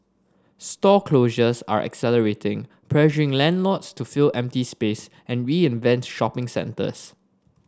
store closures are accelerating pressuring landlords to fill empty space and reinvent shopping centres